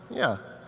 yeah,